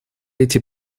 эти